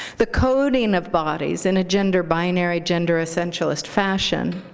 the coding of bodies in a gender binary, gender essentialist fashion,